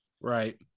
Right